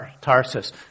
Tarsus